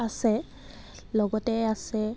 আছে লগতে আছে